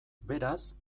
beraz